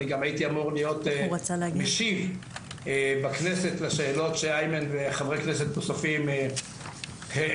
גם הייתי אמור להשיב בכנסת לשאלות שאיימן וחברי כנסת נוספים העלו.